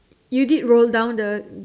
you did roll down the